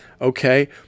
okay